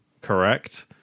correct